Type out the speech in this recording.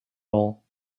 all